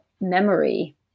memory